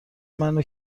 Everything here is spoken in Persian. منو